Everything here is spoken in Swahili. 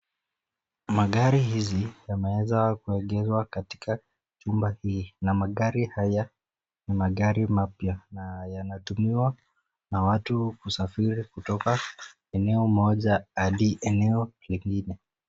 Magari hizi yameweza kuegezwa katika jumba hii na magari haya ni magari mapya na yanatumiwa na watu kusafiri kutoka eneo moja hadi eneo lingine.